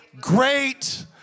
great